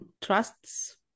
trusts